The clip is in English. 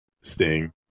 Sting